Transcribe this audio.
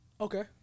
Okay